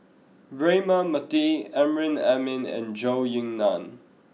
Braema Mathi Amrin Amin and Zhou Ying Nan